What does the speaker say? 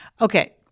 Okay